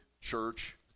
church